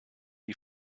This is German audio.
die